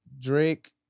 Drake